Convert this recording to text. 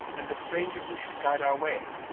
and the stranger who should guide our way,